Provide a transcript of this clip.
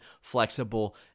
flexible